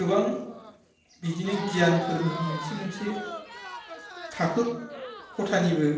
गोबां बिदिनो गियानफोरनि मोनसे मोनसे थाखो खथानिबो